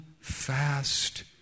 fast